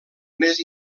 més